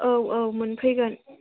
औ औ मोनफैगोन